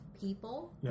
people